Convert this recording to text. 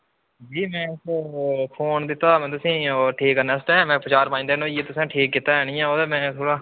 बीर में इक ओह् फोन दित्ता हा में तुसें ई ठीक करने आस्तै में चार पंज दिन होई गे तुसें ठीक कीता गै निं ऐ ओह् ते महां थोह्ड़ा